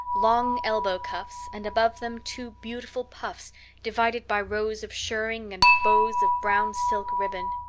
long elbow cuffs, and above them two beautiful puffs divided by rows of shirring and bows of brown-silk ribbon.